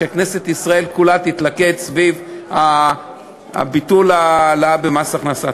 וכנסת ישראל כולה תתלכד סביב ביטול ההעלאה של מס הכנסה.